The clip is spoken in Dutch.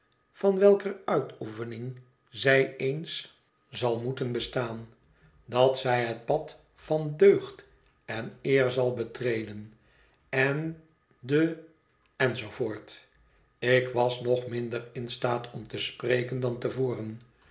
van welker uitoefening zij eens zal moeten bestaan dat zij het pad van deugd en eer zal betreden en de en zoo voort ik was nog minder in staat om te spreken dan te voren